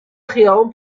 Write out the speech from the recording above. خیابون